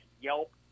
Yelp